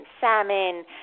salmon